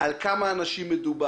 אני רוצה לשאול על כמה אנשים מדובר,